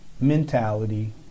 mentality